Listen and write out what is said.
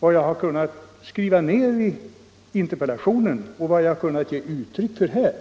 vad jag kunnat skriva ned i interpellationen och än vad jag kunnat ge uttryck för här.